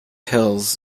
pills